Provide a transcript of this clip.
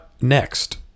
next